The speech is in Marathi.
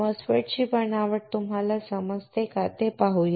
MOSFET ची बनावट तुम्हाला समजते का ते पाहू या